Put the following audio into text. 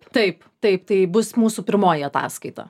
taip taip tai bus mūsų pirmoji ataskaita